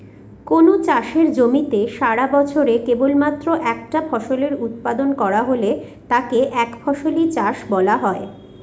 কোনো চাষের জমিতে সারাবছরে কেবলমাত্র একটা ফসলের উৎপাদন করা হলে তাকে একফসলি চাষ বলা হয়